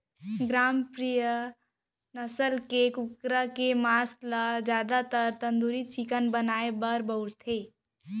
ग्रामप्रिया नसल के कुकरा के मांस ल जादातर तंदूरी चिकन बनाए बर बउरथे